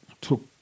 took